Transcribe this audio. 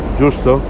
giusto